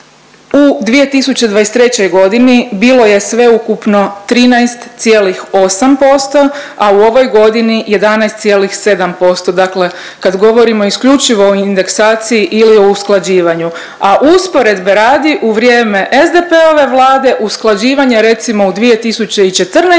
u 2023. godini bilo je sveukupno 13,8%, a u ovoj godini 11,7% dakle, kad govorimo isključivo o indeksaciji ili o usklađivanju. A usporedbe radi u vrijeme SDP-ove vlade usklađivanje recimo u 2014. godini